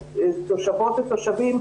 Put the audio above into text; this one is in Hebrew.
תושבות ותושבים,